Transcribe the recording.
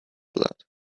blood